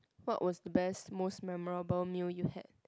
what was the best most memorable meal you had